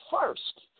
first